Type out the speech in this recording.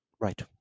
Right